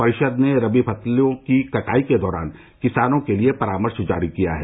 परिषद ने रबी फसलों की कटाई के दौरान किसानों के लिए परामर्श जारी किया है